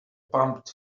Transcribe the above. pumped